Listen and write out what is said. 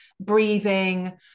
breathing